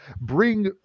bring